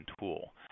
tool